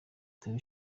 atewe